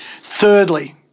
Thirdly